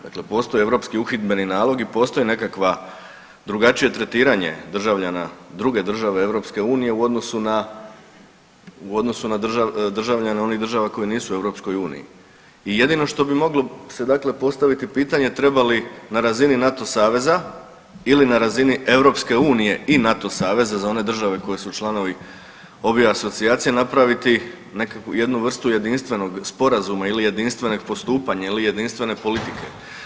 Dakle postoji Europskih uhidbeni nalog i postoji nekakva drugačije tretiranja državljana druge države EU u odnosu na državljane onih država koje nisu u EU i jedino što bi moglo se dakle postaviti pitanje, treba li na razini NATO saveza ili na razini EU i NATO saveza za one države koje su članovi obje asocijacije napraviti nekakvu, jednu vrstu jedinstvenog sporazuma ili jedinstvenog postupanja ili jedinstvene politike.